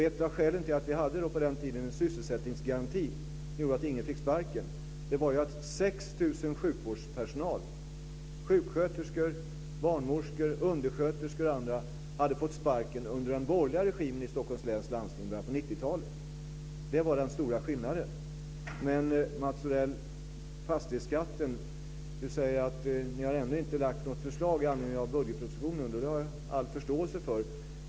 Ett av skälen till att vi på den tiden hade en sysselsättningsgaranti som gjorde att ingen fick sparken var att 6 000 sjuksköterskor, barnmorskor, undersköterskor och annan sjukvårdspersonal hade fått sparken under den borgerliga regimen i Stockholms läns landsting i början på 90 talet. Det var den stora skillnaden. När det gäller fastighetsskatten säger Mats Odell att kristdemokraterna ännu inte har lagt något förslag i anledning av budgetpropositionen. Det har jag all förståelse för.